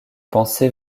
pensée